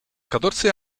catorce